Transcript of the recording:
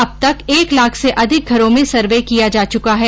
अब तक एक लाख से अधिक घरों में सर्वे किया जा चुका है